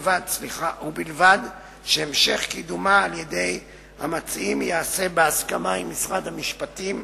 ובלבד שהמשך קידומה על-ידי המציעים ייעשה בהסכמת משרד המשפטים,